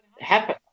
Happen